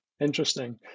Interesting